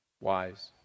wise